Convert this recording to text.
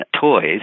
toys